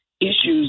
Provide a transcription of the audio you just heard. issues